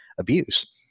abuse